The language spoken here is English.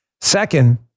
Second